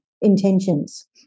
intentions